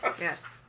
Yes